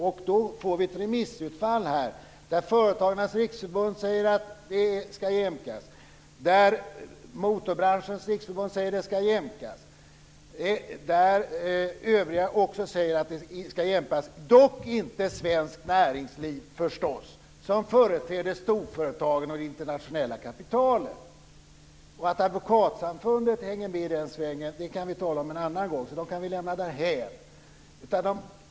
Sedan får vi ett remissutfall där Företagarnas Riksorganisation, Motorbranschens Riksförbund och även övriga säger att det ska jämkas, dock inte Svenskt Näringsliv, som företräder storföretagen och det internationella kapitalet. Att Advokatsamfundet hänger med i den svängen kan vi tala om en annan gång. Det kan vi nu lämna därhän.